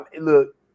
look